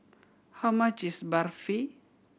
how much is Barfi